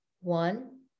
One